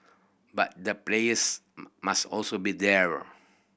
but the players must also be there